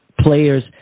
players